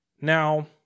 Now